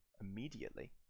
immediately